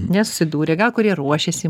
nesusidūrė kurie ruošiasi